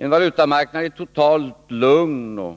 En valutamarknad som är totalt lugn och